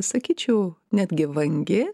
sakyčiau netgi vangi